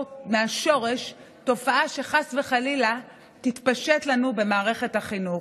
מהשורש תופעה שחס וחלילה תתפשט לנו במערכת החינוך,